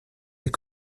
des